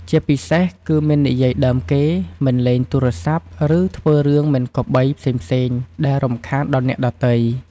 ជាពិសេស គឺមិននិយាយដើមគេ មិនលេងទូរស័ព្ទ ឬធ្វើរឿងមិនគប្បីផ្សេងៗដែលរំខានដល់អ្នកដទៃ។